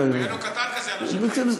היה לו קטן כזה על הז'קט.